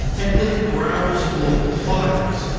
and click browse local files.